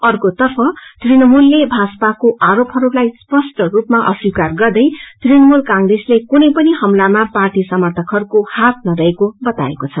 अर्कोतर्फ तृणमूलले भाजपाको आरोपहरूलाई स्पष्ट रूपमा अस्वीकार गर्दै तृणमूल कांग्रेसले कुनै पनि हमलामा पार्टी समर्थकहरूको हाथ नरहेको बताएको छ